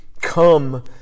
come